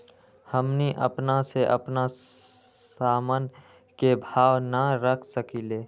हमनी अपना से अपना सामन के भाव न रख सकींले?